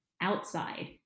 outside